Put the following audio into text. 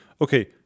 okay